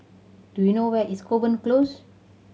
do you know where is Kovan Close